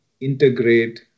integrate